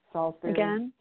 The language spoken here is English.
again